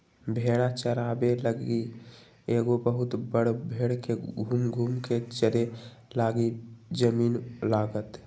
भेड़ा चाराबे लागी एगो बहुत बड़ भेड़ के घुम घुम् कें चरे लागी जमिन्न लागत